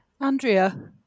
Andrea